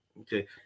Okay